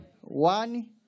One